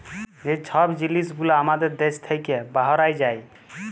যে ছব জিলিস গুলা আমাদের দ্যাশ থ্যাইকে বাহরাঁয় যায়